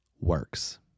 works